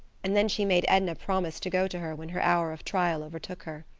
and then she made edna promise to go to her when her hour of trial overtook her.